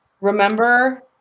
remember